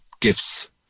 gifts